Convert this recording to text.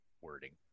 wording